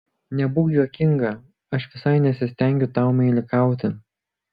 nebūk juokinga aš visai nesistengiu tau meilikauti